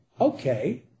okay